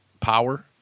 Power